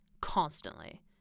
constantly